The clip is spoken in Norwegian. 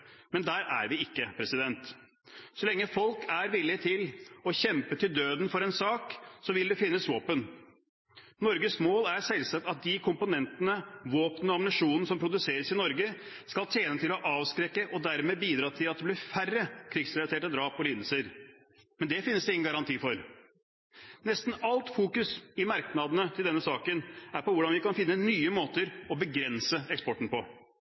Men der er vi ikke. Så lenge folk er villige til å kjempe til døden for en sak, vil det finnes våpen. Norges mål er selvsagt at komponentene, våpnene og ammunisjonen som produseres i Norge, skal tjene til å avskrekke og dermed bidra til at det blir færre krigsrelaterte drap og mindre lidelser. Men det finnes det ingen garanti for. Nesten alt fokus i merknadene til denne saken er på hvordan vi kan finne nye måter å begrense eksporten på.